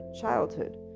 childhood